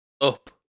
up